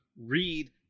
read